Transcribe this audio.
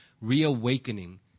reawakening